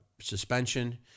suspension